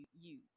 use